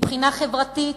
מבחינה חברתית,